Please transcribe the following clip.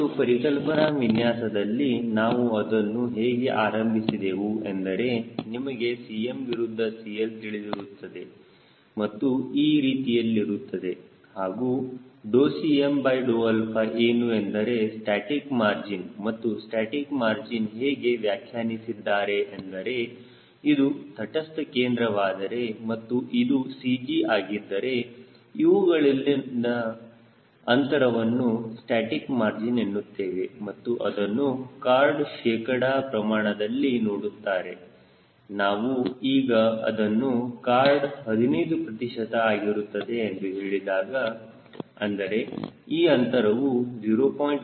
ಮತ್ತು ಪರಿಕಲ್ಪನಾ ವಿನ್ಯಾಸದಲ್ಲಿ ನಾವು ಅದನ್ನು ಹೇಗೆ ಆರಂಭಿಸಿದೆವು ಎಂದರೆ ನಿಮಗೆ Cm ವಿರುದ್ಧ CL ತಿಳಿದಿರುತ್ತದೆ ಮತ್ತು ಈ ರೀತಿಯಲ್ಲಿರುತ್ತದೆ ಹಾಗೂ Cm ಏನು ಎಂದರೆ ಸ್ಟಾಸ್ಟಿಕ್ ಮಾರ್ಜಿನ್ ಮತ್ತು ಸ್ಟಾಸ್ಟಿಕ್ ಮಾರ್ಜಿನ್ ಹೇಗೆ ವ್ಯಾಖ್ಯಾನಿಸಿದ್ದಾರೆ ಎಂದರೆ ಇದು ತಟಸ್ಥ ಕೇಂದ್ರವಾದರೆ ಮತ್ತು ಇದು CG ಹಾಗಿದ್ದರೆ ಇವುಗಳಲ್ಲಿನ ಅಂತರವನ್ನು ಸ್ಟಾಸ್ಟಿಕ್ ಮಾರ್ಜಿನ್ ಎನ್ನುತ್ತೇವೆ ಮತ್ತು ಅದನ್ನು ಕಾರ್ಡ್ ಶೇಕಡ ಪ್ರಮಾಣದಲ್ಲಿ ನೋಡುತ್ತಾರೆನಾನು ಈಗ ಅದನ್ನು ಕಾರ್ಡ್ 15 ಪ್ರತಿಶತ ಆಗಿರುತ್ತದೆ ಎಂದು ಹೇಳಿದಾಗ ಅಂದರೆ ಈ ಅಂತರವು 0